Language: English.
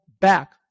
back